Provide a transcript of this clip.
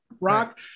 rock